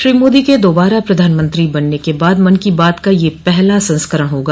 श्री मोदी के दोबारा प्रधानमंत्री बनने के बाद मन की बात का यह पहला संस्करण होगा